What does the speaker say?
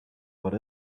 put